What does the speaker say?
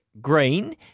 Green